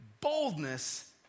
boldness